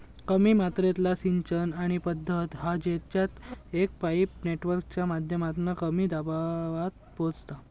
कमी मात्रेतला सिंचन अशी पद्धत हा जेच्यात एक पाईप नेटवर्कच्या माध्यमातना कमी दबावात पोचता